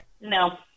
No